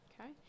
okay